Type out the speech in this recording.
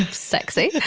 ah sexy.